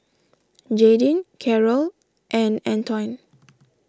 Jaydin Carol and Antoine